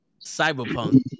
Cyberpunk